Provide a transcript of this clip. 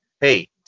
hey